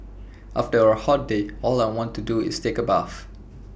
after A hot day all I want to do is take A bath